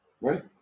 right